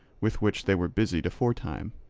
with which they were busied aforetime.